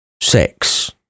Sex